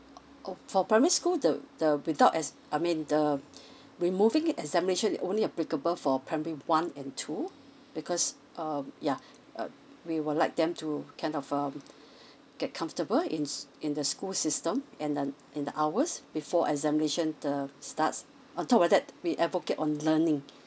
oh for primary school the the without as I mean the removing examination only applicable for primary one and two because um yeuh uh we would like them to kind of um get comfortable ins in the school system and uh in the hours before examination the starts on top of that we advocate on learning